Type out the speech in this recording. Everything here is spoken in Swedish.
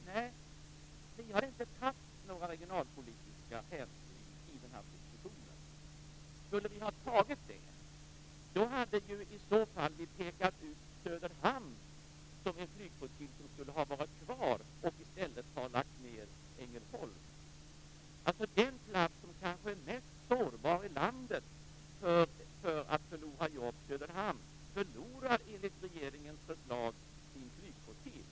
Nej, vi har inte tagit några regionalpolitiska hänsyn i den här propositionen. Skulle vi ha gjort det hade vi ju pekat ut Söderhamn som en flygflottilj som borde ha varit kvar, och i stället hade vi lagt ned Ängelholm. Den plats i landet som kanske är mest sårbar för att förlora jobb, Söderhamn, förlorar enligt regeringens förslag sin flygflottilj.